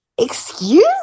excuse